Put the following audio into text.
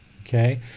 okay